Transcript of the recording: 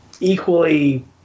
equally